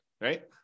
right